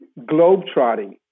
globetrotting